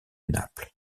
naples